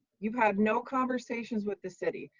you have no conversations with the city,